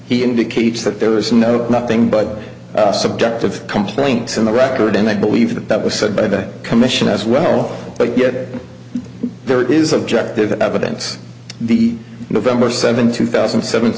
he indicates that there was no nothing but subject of complaint on the record and i believe that that was said by the commission as well but yet there is objective evidence the november seventh two thousand and seven